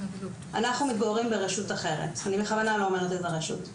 אנחנו מתגוררים ברשות אחרת" - אני בכוונה לא אומרת באיזו רשות.